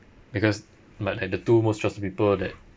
because like like the two most trusted people that